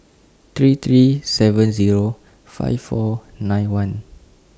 three three seven Zero five four nine one